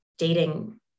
Dating